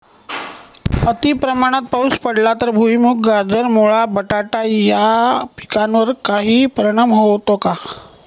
अतिप्रमाणात पाऊस पडला तर भुईमूग, गाजर, मुळा, बटाटा या पिकांवर काही परिणाम होतो का?